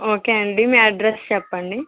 okay అండి మీ address చెప్పండి